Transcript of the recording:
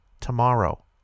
tomorrow